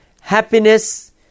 happiness